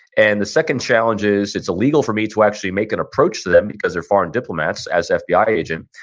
and the second challenge is it's illegal for me to actually make an approach to them because they're foreign diplomats, as an fbi ah agent.